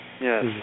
yes